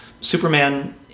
Superman